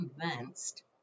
convinced